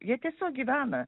jie tiesiog gyvena